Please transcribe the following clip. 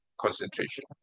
concentration